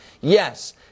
Yes